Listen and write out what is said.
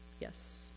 yes